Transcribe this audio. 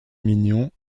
mignon